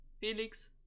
Felix